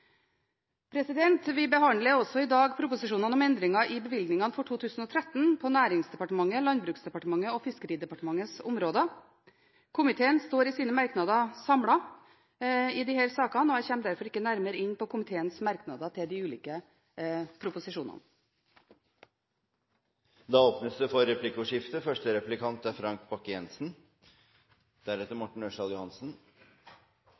fortjener. Vi behandler også i dag proposisjonene om endringer i bevilgningene for 2013 på Næringsdepartementets, Landbruksdepartementets og Fiskeridepartementets områder. Komiteen står i sine merknader samlet i disse sakene, og jeg kommer derfor ikke nærmere inn på komiteens merknader til de ulike proposisjonene. Det blir replikkordskifte. For Høyre er